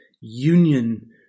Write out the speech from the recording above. union